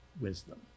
wisdom